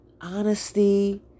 honesty